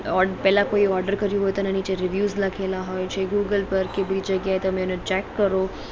odd પહેલાં કોઇએ order કર્યો હોય તો એના નીચે રિવ્યૂઝ લખેલા હોય છે ગૂગલ પર કે બીજે ક્યાંય તમે એને ચેક કરો